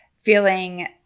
feeling